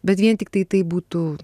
bet vien tiktai tai būtų